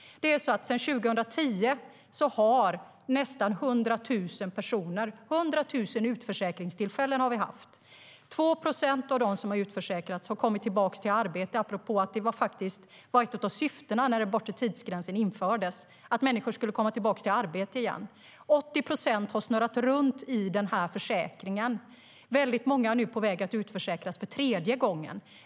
Sedan 2010 har det varit nästan 100 000 utförsäkringstillfällen. Av de som har utförsäkrats har 2 procent kommit tillbaka i arbete. Det var ett av syftena när bortre tidsgränsen infördes att människor skulle komma tillbaka i arbete igen. Det är 80 procent som har snurrat runt i försäkringen. Väldigt många är nu på väg att utförsäkras för tredje gången.